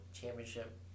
championship